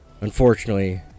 unfortunately